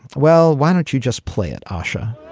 well, why don't you just play it, asha